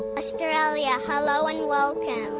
australia, hello and welcome.